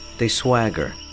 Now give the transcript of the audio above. they swagger